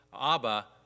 Abba